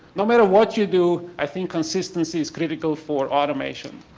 no matter what you do i think consistency is critical for automation.